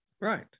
Right